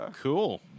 Cool